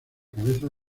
cabeza